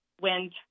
wind